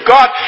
God